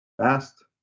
Fast